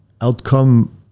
outcome